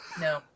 No